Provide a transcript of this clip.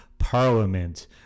Parliament